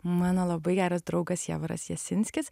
mano labai geras draugas jievaras jasinskis